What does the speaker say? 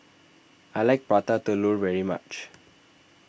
I like Prata Telur very much